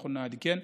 אנחנו נעדכן.